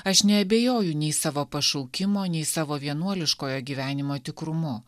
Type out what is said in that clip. aš neabejoju nei savo pašaukimo nei savo vienuoliškojo gyvenimo tikrumu